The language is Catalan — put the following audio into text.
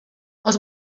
els